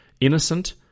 innocent